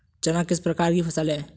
चना किस प्रकार की फसल है?